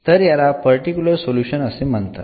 तर याला particular solution असे म्हणतात